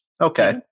okay